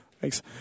Thanks